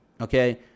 okay